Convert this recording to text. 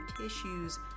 tissues